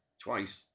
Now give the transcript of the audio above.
twice